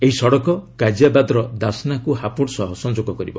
ଏହି ସଡ଼କ ଗାଜଆବାଦର ଦାସ୍ନାକୁ ହାପୁଡ଼ ସହ ସଂଯୋଗ କରିବ